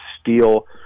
steal